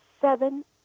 seven